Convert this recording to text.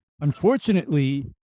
unfortunately